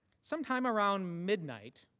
sometime around midnight,